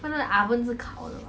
放在 oven 是烤的